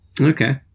Okay